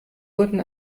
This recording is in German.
wurden